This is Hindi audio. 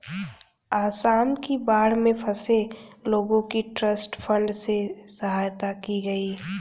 आसाम की बाढ़ में फंसे लोगों की ट्रस्ट फंड से सहायता की गई